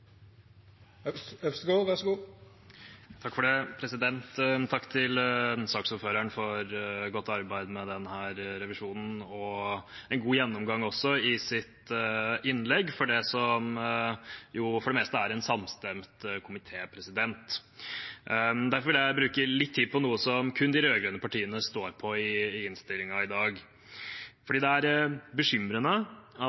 til saksordføreren for godt arbeid med denne revisjonen og en god gjennomgang også i sitt innlegg av det som for det meste er en innstilling fra en samstemt komité. Derfor vil jeg bruke litt tid på noe som kun de rød-grønne partiene står på i innstillingen i dag.